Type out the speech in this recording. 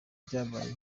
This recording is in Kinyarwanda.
cyabaye